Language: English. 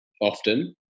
often